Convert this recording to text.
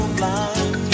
blind